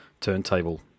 turntable